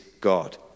God